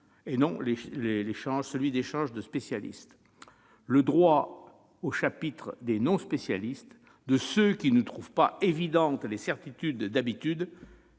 et non d'échanges entre spécialistes. Le fait que les non-spécialistes, ceux qui ne trouvent pas évidentes les certitudes d'habitude,